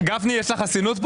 גפני, יש לה חסינות פה?